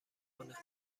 کنه